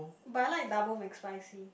but I like double McSpicy